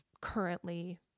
currently